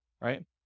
Right